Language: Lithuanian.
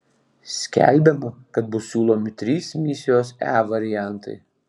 skelbiama kad bus siūlomi trys misijos e variantai